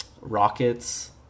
rockets